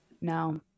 No